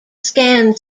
scan